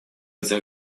этих